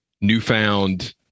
newfound